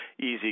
easy